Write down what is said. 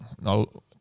no